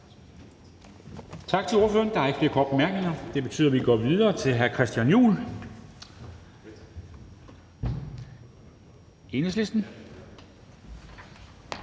Tak til ordføreren. Der er ikke flere korte bemærkninger. Det betyder, at vi går videre til hr. Christian Juhl, Enhedslisten.